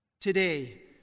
Today